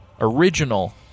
original